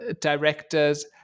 directors